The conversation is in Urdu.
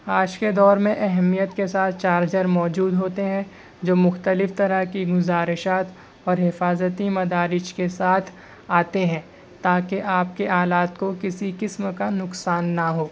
آج کے دور میں اہمیت کے ساتھ چارجر موجود ہوتے ہیں جو مختلف طرح کی گزارشات اور حفاظتی مدارج کے ساتھ آتے ہیں تاکہ آپ کے آلات کو کسی قسم کا نقصان نہ ہو